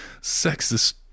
sexist